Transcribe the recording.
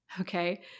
okay